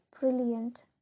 brilliant